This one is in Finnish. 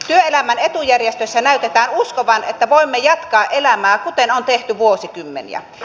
työelämän etujärjestöissä näytetään uskovan että voimme jatkaa elämää kuten on tehty vuosikymmeniä